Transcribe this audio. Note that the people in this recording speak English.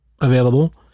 available